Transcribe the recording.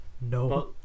No